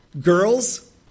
Girls